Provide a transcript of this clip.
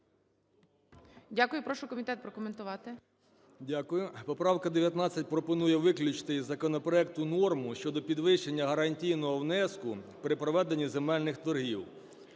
Дякую. Прошу комітет прокоментувати. 11:37:53 КУЛІНІЧ О.І. Дякую. Поправка 19 пропонує виключити із законопроекту норму щодо підвищення гарантійного внеску при проведенні земельних торгів.